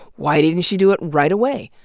why didn't she do it right away?